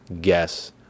guess